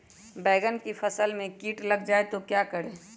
बैंगन की फसल में कीट लग जाए तो क्या करें?